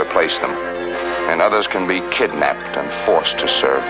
replace them and others can be kidnapped and forced to serve